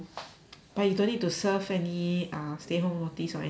but you don't need to serve any ah stay home notice or anything